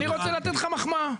אני רוצה לתת לך מחמאה.